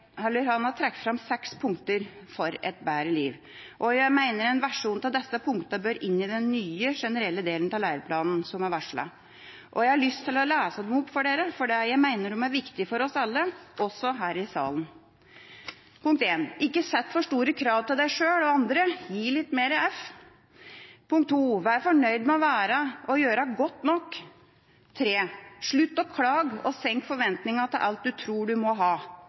trukket fram seks punkter for et bedre liv. Jeg mener en versjon av disse punktene bør inn i den «nye» generelle delen av læreplanen som er varslet. Jeg har lyst til å lese dem opp fordi jeg mener de er viktige for oss alle, også her i salen: Ikke sett for store krav til deg selv og andre. Gi litt mer f... Vær fornøyd med å være og gjøre «godt nok». Slutt å klage og senk forventningene om alt du tror du må ha.